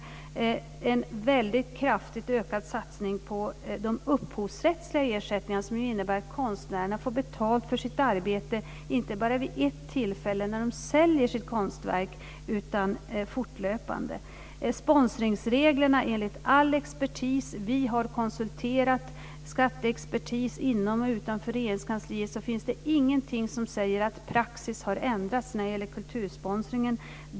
Vi har också en kraftigt ökad satsning på de upphovsrättsliga ersättningarna, som ju innebär att konstnärerna får betalt för sitt arbete inte bara vid ett tillfälle när de säljer sitt konstverk utan fortlöpande. När det gäller sponsringsreglerna har vi konsulterat skatteexpertis inom och utanför Regeringskansliet, och det finns ingenting som säger att praxis har ändrats när det gäller kultursponsringen.